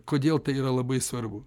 kodėl tai yra labai svarbu